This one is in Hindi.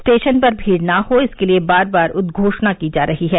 स्टेशन पर भीड़ न हो इसके लिए बार बार उद्घोषणा की जा रही है